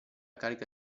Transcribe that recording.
carica